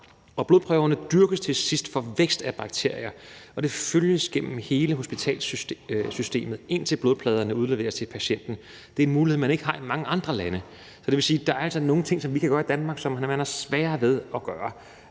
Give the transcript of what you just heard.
Blodprøverne dyrkes til sidst for vækst af bakterier, og det følges gennem hele hospitalssystemet, indtil blodpladerne udleveres til patienten. Det er en mulighed, man ikke har i mange andre lande. Så det vil sige, at der altså er nogle ting, vi kan gøre i Danmark, og som man har sværere ved at gøre